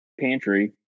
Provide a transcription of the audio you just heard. pantry